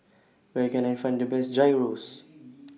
Where Can I Find The Best Gyros